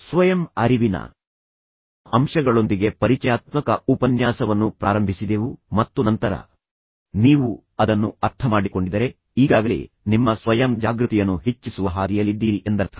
ನಾವು ಸ್ವಯಂ ಅರಿವಿನ ಅಂಶಗಳೊಂದಿಗೆ ಪರಿಚಯಾತ್ಮಕ ಉಪನ್ಯಾಸವನ್ನು ಪ್ರಾರಂಭಿಸಿದೆವು ಮತ್ತು ನಂತರ ನೀವು ಅದನ್ನು ಅರ್ಥಮಾಡಿಕೊಂಡಿದ್ದರೆ ಈಗಾಗಲೇ ನಿಮ್ಮ ಸ್ವಯಂ ಜಾಗೃತಿಯನ್ನು ಹೆಚ್ಚಿಸುವ ಹಾದಿಯಲ್ಲಿದ್ದೀರಿ ಎಂದರ್ಥ